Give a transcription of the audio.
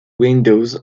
windows